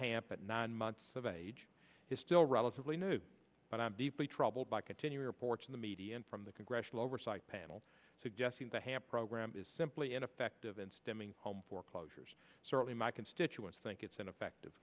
hamp nine months of age is still relatively new but i'm deeply troubled by continuing reports in the media and from the congressional oversight panel suggesting the ham program is simply ineffective in stemming home foreclosures certainly my constituents think it's ineffective